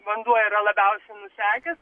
vanduo yra labiausiai nusekęs